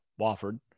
Wofford